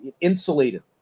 insulated